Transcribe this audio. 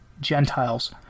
Gentiles